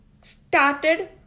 started